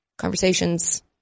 Conversations